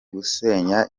gusenya